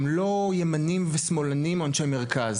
הם לא ימנים ושמאלנים או אנשי מרכז.